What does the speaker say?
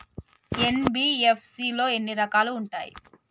NBFC లో ఎన్ని రకాలు ఉంటాయి?